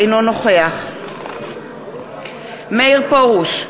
אינו נוכח מאיר פרוש,